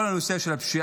על כל הנושא של הפשיעה